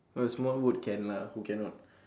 a small boat can lah who cannot